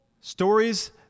stories